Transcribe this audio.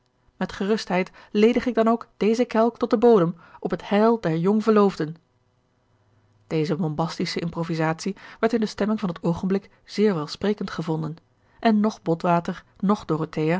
met gerustheid ledig ik dan ook deze kelk tot den bodem op het heil der jongverloofden deze bombastische improvisatie werd in de stemming van het oogenblik zeer welsprekend gevonden en noch botwater noch dorothea